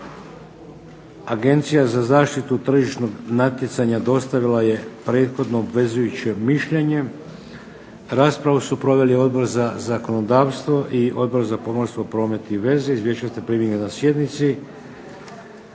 Agencija za zaštitu tržišnog natjecanja dostavila je prethodno obvezujuće mišljenje. Raspravu su proveli Odbor za zakonodavstvo i Odbor za pomorstvo, promet i veze. Izvješća ste primili na sjednici.